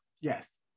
Yes